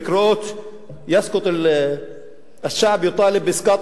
בקריאות "אל-שַעְבּ יֻרִיד אִסְקַאט